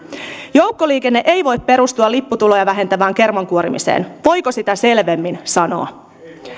joukkoliikenne ei voi perustua lipputuloja vähentävään kermankuorimiseen voiko sitä selvemmin sanoa